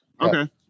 Okay